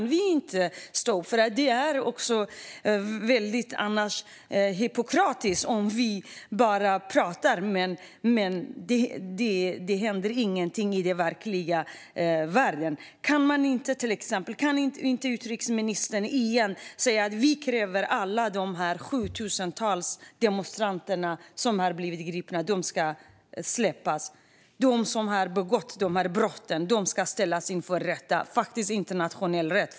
Om vi inte kan stå upp för detta är det hypokritiskt; vi bara pratar, men det händer ingenting i den verkliga världen. Kan inte utrikesministern till exempel säga att vi kräver att alla de tusentals demonstranter som blivit gripna ska släppas? Kan hon inte säga att de som har begått dessa brott ska ställas inför rätta - faktiskt inför internationell rätt?